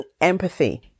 empathy